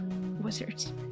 wizards